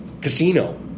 Casino